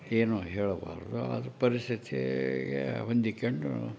ಏನೂ ಹೇಳಬಾರದು ಆದರೂ ಪರಿಸ್ಥಿತಿಗೆ ಹೊಂದಿಕೊಂಡು